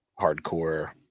hardcore